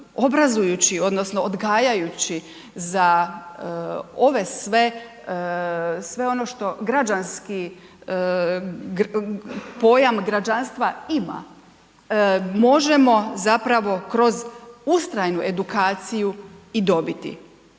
odnosno odgajajući za ove sve, sve ono što građanski pojam građanstva ima, možemo zapravo kroz ustrajnu edukaciju i dobiti.